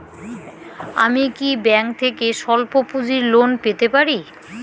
আমি কি ব্যাংক থেকে স্বল্প পুঁজির লোন পেতে পারি?